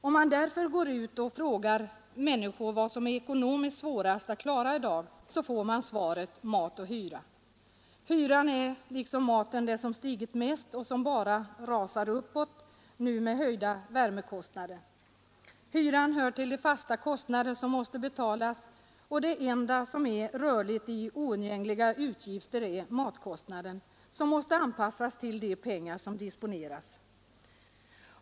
Om man går ut och frågar människor vad som är ekonomiskt svårast att klara i dag, så får man svaret: Mat och hyra. Hyran är liksom maten det som stigit mest och rasar nu bara uppåt med höjda värmekostnader. Hyran hör till de fasta kostnader som måste betalas, och den enda som är rörlig av de oundgängliga utgifterna är matkostnaden, som måste anpassas till de pengar som disponeras.